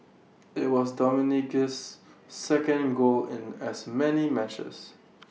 IT was Dominguez's second goal in as many matches